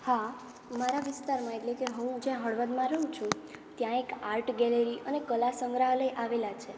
હા મારા વિસ્તારમાં એટલે કે હું જ્યાં હળવદમાં રહું છું ત્યાં એક આર્ટ ગેલેરી અને કલા સંગ્રહાલય આવેલા છે